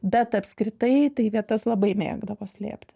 bet apskritai tai vietas labai mėgdavo slėpti